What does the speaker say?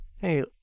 hey